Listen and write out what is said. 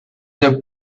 the